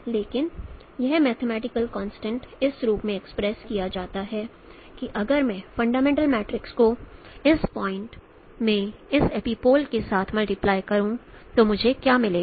लेकिन यह mathematical constraint इस रूप में एक्सप्रेस किया जाता है कि अगर मैं इस फंडामेंटल मैट्रिक्स को इस पॉइंट में इस एपिपोल के साथ मल्टीप्लाई करूं तो मुझे क्या मिलेगा